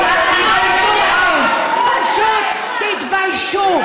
פשוט תתביישו.